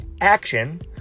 action